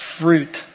fruit